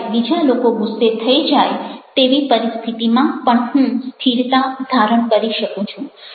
જ્યારે બીજા લોકો ગુસ્સે થઈ જાય તેવી પરિસ્થિતિમાં પણ હું સ્થિરતા ધારણ કરી શકું છું